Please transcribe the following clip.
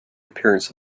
appearance